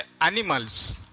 animals